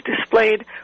displayed